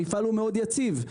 המפעל מאוד יציב.